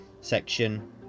section